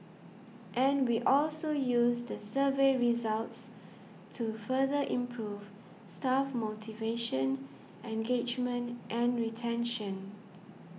and we also use the survey results to further improve staff motivation engagement and retention